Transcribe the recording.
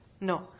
No